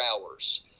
hours